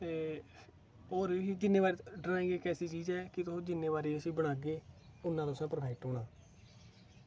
ते होर ड्राइंग इक ऐसी चीज ऐ तुस जिन्ने बारी इस्सी बनागे उन्ना तुसें परफैक्ट होना